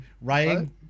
Ryan